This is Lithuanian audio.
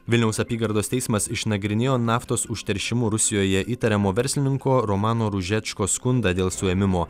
vilniaus apygardos teismas išnagrinėjo naftos užteršimu rusijoje įtariamo verslininko romano ružečko skundą dėl suėmimo